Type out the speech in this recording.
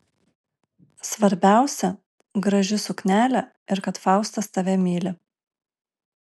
svarbiausia graži suknelė ir kad faustas tave myli